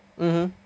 mmhmm